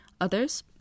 Others